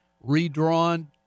redrawn